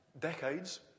decades